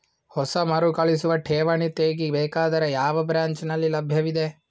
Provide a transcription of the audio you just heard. ಹೊಸ ಮರುಕಳಿಸುವ ಠೇವಣಿ ತೇಗಿ ಬೇಕಾದರ ಯಾವ ಬ್ರಾಂಚ್ ನಲ್ಲಿ ಲಭ್ಯವಿದೆ?